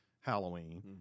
Halloween